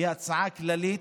היא הצעה כללית,